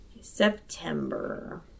September